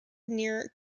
near